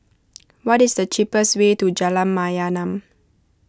what is the cheapest way to Jalan Mayaanam